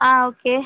ஆ okay